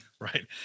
right